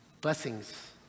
Blessings